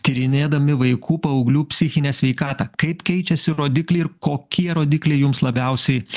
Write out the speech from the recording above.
tyrinėdami vaikų paauglių psichinę sveikatą kaip keičiasi rodikliai ir kokie rodikliai jums labiausiai